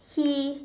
see